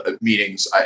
meetings